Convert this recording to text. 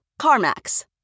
CarMax